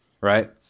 right